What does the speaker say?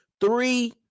three